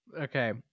Okay